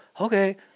okay